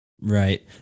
Right